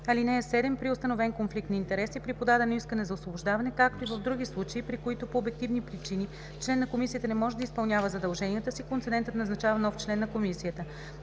(7) При установен конфликт на интереси, при подадено искане за освобождаване, както и в други случаи, при които по обективни причини член на комисията не може да изпълнява задълженията си, концедентът назначава нов член на комисията.